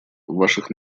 ваших